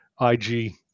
IG